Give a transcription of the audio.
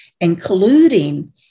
including